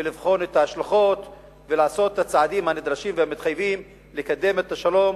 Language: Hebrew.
ולבחון את ההשלכות ולעשות את הצעדים הנדרשים והמתחייבים לקדם את השלום,